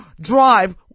drive